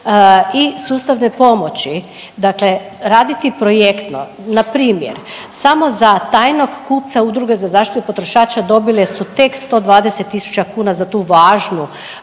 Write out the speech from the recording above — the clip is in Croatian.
i sustavne pomoći, dakle raditi projektno npr. samo za tajnog kupca udruge za zaštitu potrošača dobile su tek 120 tisuća kuna za tu važnu